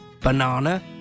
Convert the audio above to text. banana